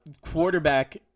quarterback